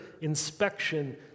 inspection